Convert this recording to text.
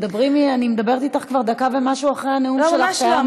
אני מדברת איתך כבר דקה ומשהו אחרי שהנאום שלך היה אמור להסתיים.